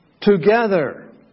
Together